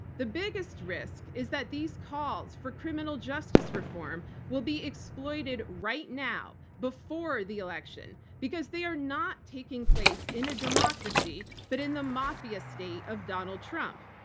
the biggest risk is that these calls for criminal justice reform will be exploited right now, before the election, because they are not taking place in a democracy, but in the mafia state of donald trump.